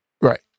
Right